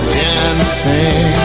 dancing